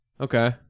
okay